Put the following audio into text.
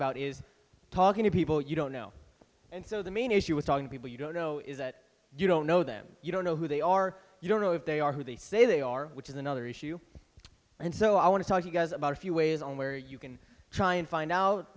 about is talking to people you don't know and so the main issue with talking to people you don't know is that you don't know them you don't know who they are you don't know if they are who they say they are which is another issue and so i want to tell you guys about a few ways on where you can try and find out